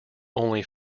only